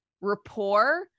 rapport